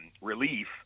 relief